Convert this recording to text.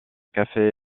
café